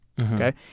okay